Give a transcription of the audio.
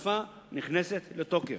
ההחלפה נכנסת לתוקף.